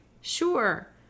Sure